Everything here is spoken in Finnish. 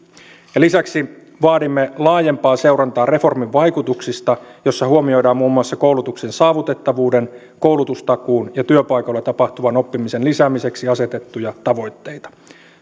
lisäksi vaadimme laajempaa seurantaa reformin vaikutuksista jossa huomioidaan muun muassa koulutuksen saavutettavuuden koulutustakuun ja työpaikoilla tapahtuvan oppimisen lisäämiseksi asetettuja tavoitteita